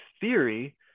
theory